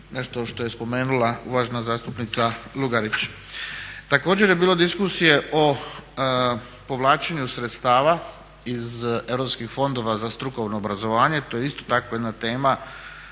nešto što je spomenula uvažena zastupnica Lugarić. Također je bilo diskusije o povlačenju sredstva iz europskih fondova za strukovno obrazovanje, to je isto tako jedna tema